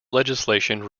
legislation